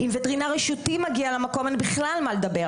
אם וטרינר רשותי מגיע למקום, אין בכלל מה לדבר.